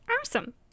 Awesome